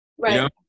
Right